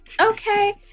Okay